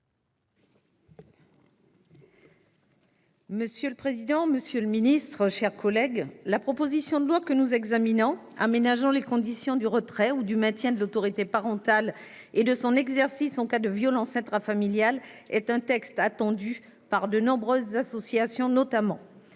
Monsieur le président, monsieur le ministre, mes chers collègues, la présente proposition de loi, qui aménage les conditions du retrait ou du maintien de l'autorité parentale et de son exercice en cas de violences intrafamiliales, est un texte attendu par de nombreuses associations.